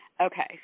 okay